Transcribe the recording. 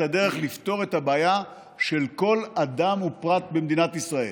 הדרך לפתור את הבעיה של כל אדם ופרט במדינת ישראל.